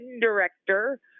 director